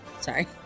Sorry